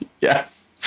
yes